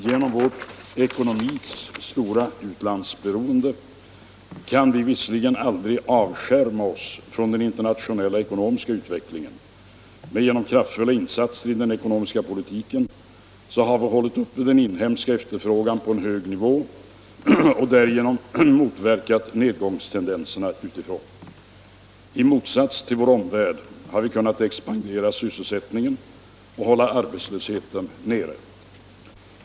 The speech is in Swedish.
Genom vår ekonomis stora utlandsberoende kan vi visserligen aldrig helt avskärma oss från den internationella ekonomiska utvecklingen, men genom kraftfulla insatser i den ekonomiska politiken har vi hållit uppe den inhemska efterfrågan på en hög nivå och därigenom motverkat nedgångstendenserna utifrån. I motsats till vår omvärld har vi kunnat expandera sysselsättningen och hålla arbetslösheten nere.